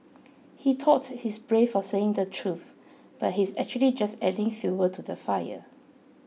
he thought he's brave for saying the truth but he's actually just adding fuel to the fire